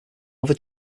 other